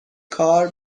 کار